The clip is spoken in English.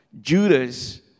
Judas